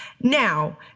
Now